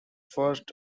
first